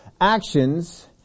actions